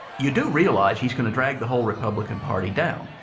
you do realize he's going to drag the whole republican party down.